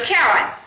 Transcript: Karen